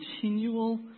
continual